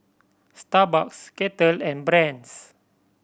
Starbucks Kettle and Brand's